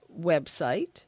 website